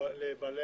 לבעלי